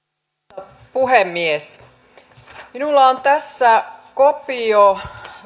arvoisa puhemies minulla on tässä kopio